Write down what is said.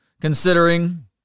considering